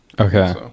Okay